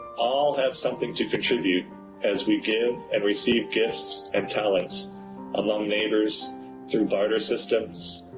all have something to contribute as we give and receive gifts and talents among neighbors through barter systems,